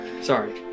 sorry